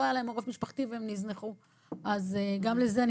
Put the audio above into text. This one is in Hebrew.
לא היה להם עורף משפחתי והם נזנחו.